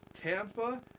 Tampa